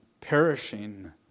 perishing